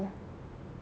oh